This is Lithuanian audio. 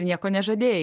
nieko nežadėjai